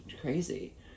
crazy